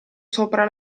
sopra